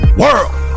world